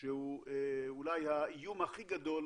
שהוא אולי האיום הכי גדול